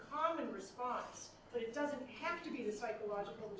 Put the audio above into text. common response but it doesn't have to be the psychological